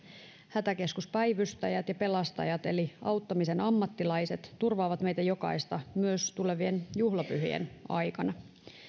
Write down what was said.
hätäkeskuspäivystäjät ja pelastajat eli auttamisen ammattilaiset turvaavat meitä jokaista myös tulevien juhlapyhien aikana